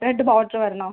red border വരണോ